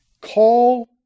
Call